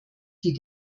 die